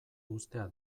uztea